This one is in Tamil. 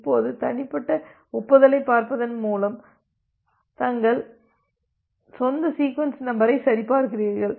இப்போது தனிப்பட்ட பியர்ஸ் ஒப்புதலைப் பார்ப்பதன் மூலம் தங்கள் சொந்த சீக்வென்ஸ் நம்பரை சரிபார்க்கிறார்கள்